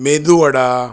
medu vada